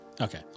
Okay